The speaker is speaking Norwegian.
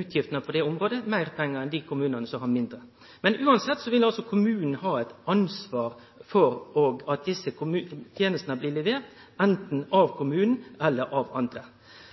utgiftene på det området, meir pengar enn dei kommunane som har mindre. Men uansett vil altså kommunen ha eit ansvar for at desse tenestene blir leverte, anten av